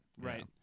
right